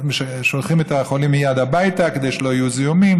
שולחים את החולים מייד הביתה כדי שלא יהיו זיהומים,